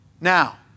Now